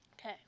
okay